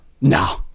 No